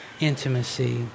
intimacy